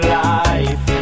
life